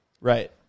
Right